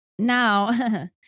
Now